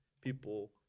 people